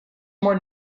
more